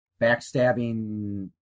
backstabbing